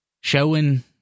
showing